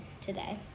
today